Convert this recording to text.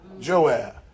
Joab